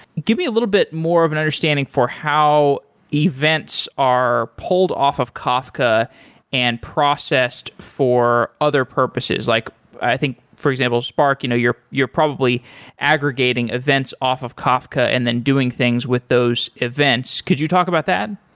give me a little bit more of an understanding for how events are pulled off of kafka and processed for other purposes. like i think, for example, spark, you know you're you're probably aggregating events off of kafka and then doing things with those events. could you talk about that?